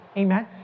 amen